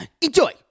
Enjoy